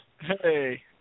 Hey